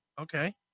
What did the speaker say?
Okay